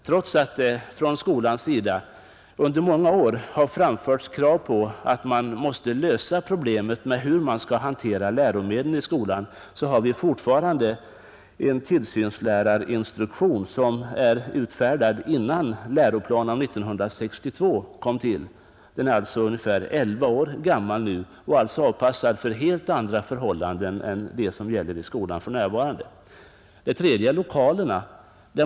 Trots att det från skolans sida under många år har framförts krav på att problemet i fråga om läromedelshanteringen i skolan måste lösas, har vi fortfarande en tillsynslärarinstruktion som är utfärdad innan läroplanen av 1962 utarbetades. Den är nu ungefär 11 år gammal och alltså avpassad för helt andra förhållanden än som gäller i skolan för närvarande. En tredje orsak är lokalerna.